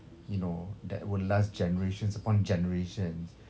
you know that would last generation upon generations